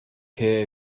care